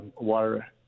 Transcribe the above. water